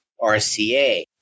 RCA